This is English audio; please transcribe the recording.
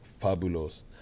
fabulous